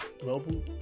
global